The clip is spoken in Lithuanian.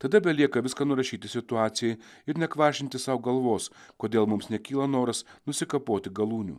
tada belieka viską nurašyti situacijai ir nekvaršinti sau galvos kodėl mums nekyla noras nusikapoti galūnių